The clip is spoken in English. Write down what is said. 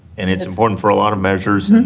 and it's important for a lot of measures, and and